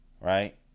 right